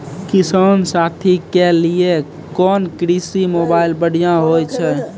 किसान साथी के लिए कोन कृषि मोबाइल बढ़िया होय छै?